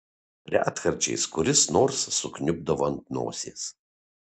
retkarčiais kuris nors sukniubdavo ant nosies